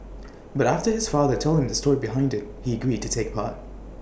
but after his father told him the story behind IT he agreed to take part